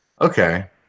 okay